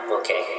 okay